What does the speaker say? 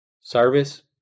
service